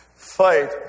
fight